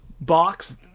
box